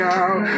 out